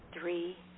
three